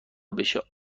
بشه